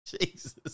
Jesus